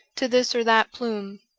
to this or that plume.